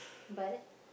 but